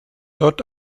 dort